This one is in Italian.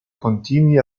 continui